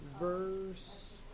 Verse